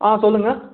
ஆ சொல்லுங்கள்